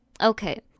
Okay